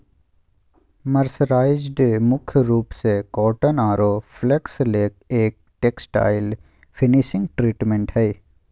mercerised मुख्य रूप से कॉटन आरो फ्लेक्स ले एक टेक्सटाइल्स फिनिशिंग ट्रीटमेंट हई